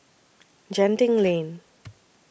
Genting Lane